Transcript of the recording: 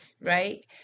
Right